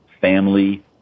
family